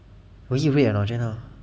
was it red or not just now